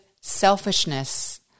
selfishness